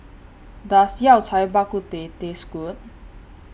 Does Yao Cai Bak Kut Teh Taste Good